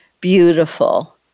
beautiful